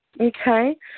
Okay